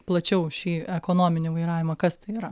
plačiau šį ekonominį vairavimą kas tai yra